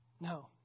No